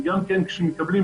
וגם כשמקבלים,